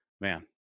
Man